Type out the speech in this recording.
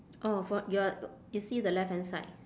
orh for you are you see the left hand side